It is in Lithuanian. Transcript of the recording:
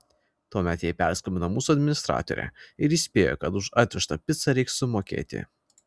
tuomet jai perskambino mūsų administratorė ir įspėjo kad už atvežtą picą reiks sumokėti